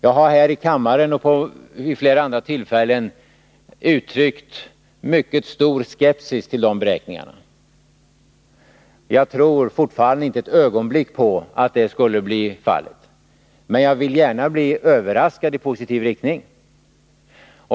Jag har här i kammaren och vid flera andra tillfällen uttryckt mycket stor skepsis till de beräkningarna. Jag tror fortfarande inte ett ögonblick på att detta skulle bli fallet, men jag vill gärna bli överraskad i positiv riktning.